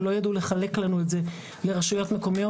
הם לא ידעו לחלק לנו את זה לרשויות מקומיות.